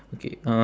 okay uh